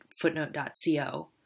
footnote.co